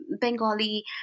Bengali